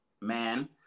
man